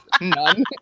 none